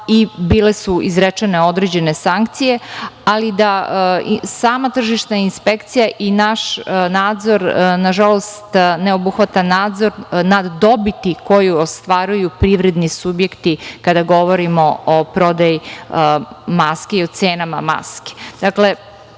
i bile izrečene određene sankcije, ali da sama tržišna inspekcija i naš nadzor, nažalost ne obuhvata nadzor nad dobiti koju ostvaruju privredni subjekti kada govorimo o prodaji maske i o cenama maske. Dakle,